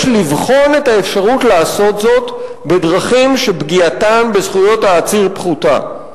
יש לבחון את האפשרות לעשות זאת בדרכים שפגיעתן בזכויות העציר פחותה.